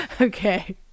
Okay